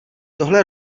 tohle